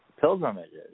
pilgrimages